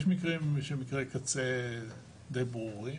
יש מקרים שהם מקרי קצה די ברורים.